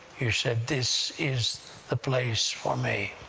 you said, this is the place for me.